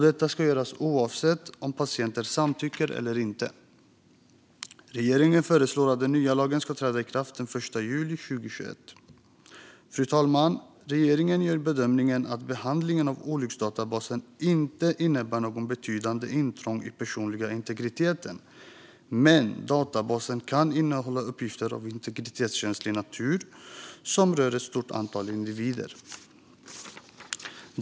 Detta ska göras oavsett om patienten samtycker eller inte. Regeringen föreslår att den nya lagen ska träda i kraft den 1 juli 2021. Fru talman! Regeringen gör bedömningen att olycksdatabasen inte innebär något betydande intrång i den personliga integriteten. Men databasen kan innehålla uppgifter av integritetskänslig natur som rör ett stort antal individer.